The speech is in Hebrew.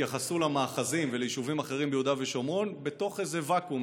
התייחסו למאחזים וליישובים אחרים ביהודה ושומרון בתוך איזה ואקום,